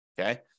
Okay